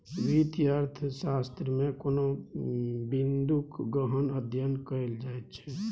वित्तीय अर्थशास्त्रमे कोनो बिंदूक गहन अध्ययन कएल जाइत छै